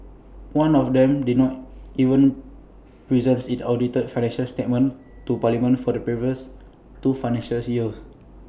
one of them did not even present its audited financial statements to parliament for the previous two financial years